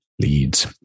leads